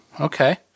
okay